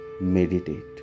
Meditate